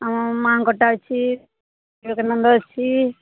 ଆମ ମା'ଙ୍କଟା ଅଛି ଯୋଗାନନ୍ଦ ଅଛି